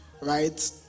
right